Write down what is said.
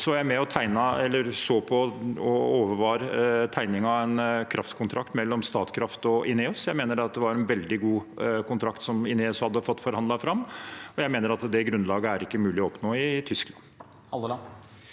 i Norge, overvar jeg tegningen av en kraftkontrakt mellom Statkraft og INEOS. Jeg mener at det var en veldig god kontrakt som INEOS hadde fått forhandlet fram, og jeg mener at det grunnlaget er det ikke mulig å oppnå i Tyskland.